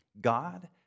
God